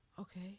okay